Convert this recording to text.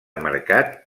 mercat